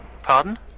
Pardon